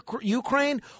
Ukraine